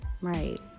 Right